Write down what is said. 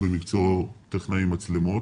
הוא במקצועו טכנאי מצלמות.